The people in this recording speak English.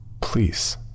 Please